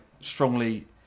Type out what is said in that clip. strongly